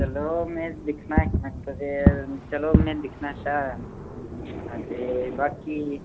चलो में दिक्खना इक मिंट तुसें चलो में दिक्खना अच्छा अग्गें बाकी